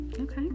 Okay